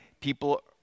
people